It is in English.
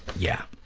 yeah,